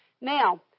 Now